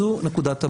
זו נקודת המוצא.